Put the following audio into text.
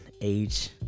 age